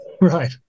Right